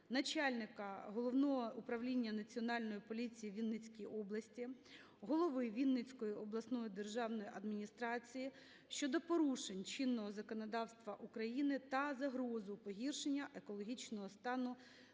начальника Головного управління Національної поліції у Вінницькій області, голови Вінницької обласної державної адміністрації щодо порушень чинного законодавства України та загрозу погіршення екологічного стану